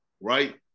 right